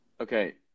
Okay